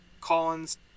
Collins